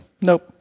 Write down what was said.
nope